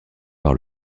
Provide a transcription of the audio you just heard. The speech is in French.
par